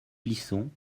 plisson